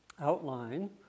outline